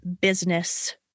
business